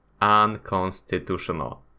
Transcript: unconstitutional